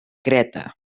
creta